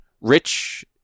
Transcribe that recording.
Rich